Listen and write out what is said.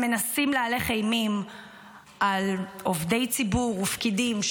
מנסים להלך אימים על עובדי ציבור ופקידים,